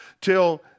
till